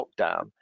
lockdown